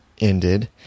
ended